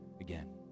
again